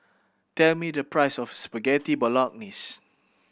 tell me the price of Spaghetti Bolognese